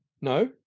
no